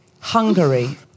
Hungary